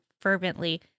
fervently